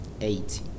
Eight